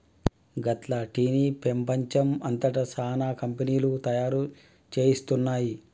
గట్ల టీ ని పెపంచం అంతట సానా కంపెనీలు తయారు చేస్తున్నాయి